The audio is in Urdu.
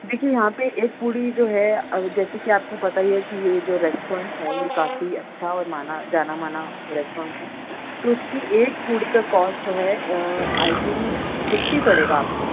دیکھیے یہاں پہ ایک پوڑی جو ہے جیسے کہ آپ کو پتا ہی ہے کہ یہ جو ریسٹورینٹ ہے یہ کافی اچھا اور مانا جانا مانا ریسٹورینٹ ہے تو اس کی ایک پوڑی کا کاسٹ جو ہے آئی تھینک ففٹی پڑے گا آپ کو